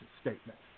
statement